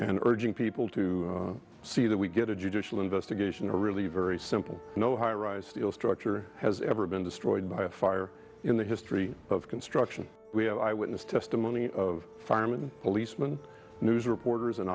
and urging people to see that we get a judicial investigation are really very simple no highrise steel structure has ever been destroyed by a fire in the history of construction we have eyewitness testimony of firemen policemen news reporters and